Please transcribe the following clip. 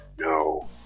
No